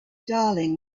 darling